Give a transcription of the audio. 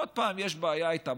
עוד פעם יש בעיה איתם.